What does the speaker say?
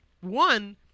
one